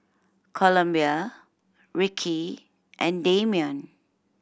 Columbia Rickie and Dameon